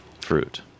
fruit